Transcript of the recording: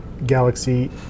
Galaxy